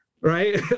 right